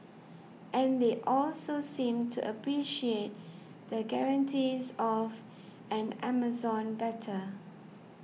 and they also seemed to appreciate the guarantees of an Amazon better